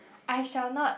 I shall not